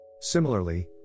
similarly